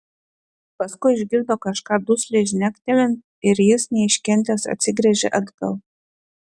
paskui išgirdo kažką dusliai žnektelint ir jis neiškentęs atsigręžė atgal